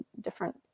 different